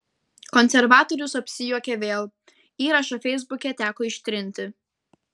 konservatorius apsijuokė vėl įrašą feisbuke teko ištrinti